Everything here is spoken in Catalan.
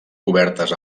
cobertes